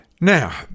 Now